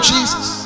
Jesus